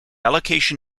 allocation